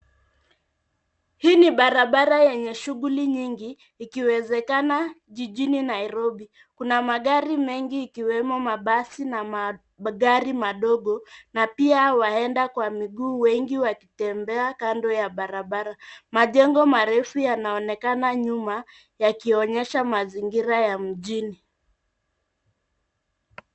Hii ni barabara yenye shughuli nyingi, ikiwezekana jijini Nairobi. Kuna magari mengi ikiwemo mabasi na magari madogo na pia waenda kwa miguu wengi wakitembea kando ya barabara. Majengo marefu yanaonekana nyuma yakionyesha mazingira ya mjini.